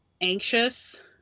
anxious